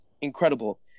incredible